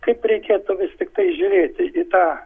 kaip reikėtų tiktai žiūrėti į tą